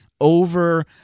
Over